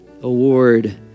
Award